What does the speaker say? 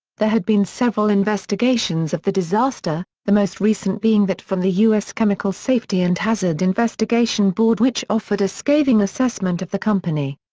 there had been several investigations of the disaster, the most recent being that from the us chemical safety and hazard investigation board which offered a scathing assessment of the company.